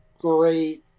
great